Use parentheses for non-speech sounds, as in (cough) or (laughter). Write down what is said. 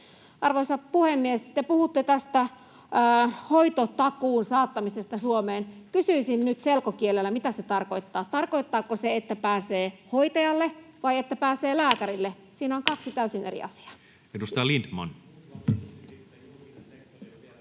Arvoisa puhemies! Te puhutte hoitotakuun saattamisesta Suomeen. Kysyisin nyt, mitä se tarkoittaa selkokielellä. Tarkoittaako se, että pääsee hoitajalle vai että pääsee lääkärille? (noise) Siinä on kaksi täysin eri asiaa. Edustaja Lindtman.